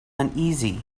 uneasy